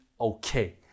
Okay